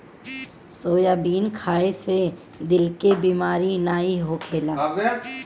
soybean खाए से दिल के बेमारी नाइ होखेला